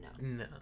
no